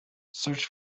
search